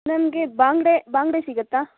ನಮಗೆ ಬಂಗ್ಡೆ ಬಂಗ್ಡೆ ಸಿಗುತ್ತಾ